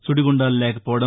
సుడిగుండాలు లేకపోవడం